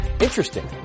interesting